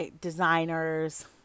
designers